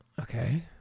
Okay